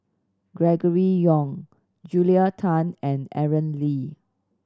Gregory Yong Julia Tan and Aaron Lee